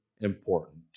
important